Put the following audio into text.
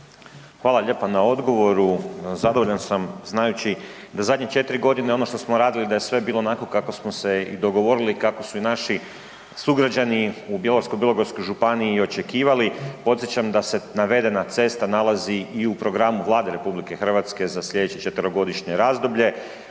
vam lijepa na odgovoru, zadovoljan sam znajući da zadnje 4.g. ono što smo radili da je sve bilo onako kako smo se i dogovorili, kako su i naši sugrađani u Bjelovarsko-bilogorskoj županiji i očekivali. Podsjećam da se navedena cesta nalazi i u programu Vlade RH za slijedeće 4-godišnje razdoblje